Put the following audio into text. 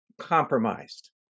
compromised